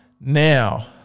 Now